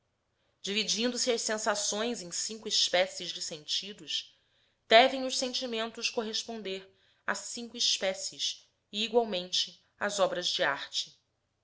sentimento dividindo se as sensações em cinco espécies de sentidos devem os sentimentos corresponder a cinco espécies e igualmente as obras de arte